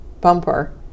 bumper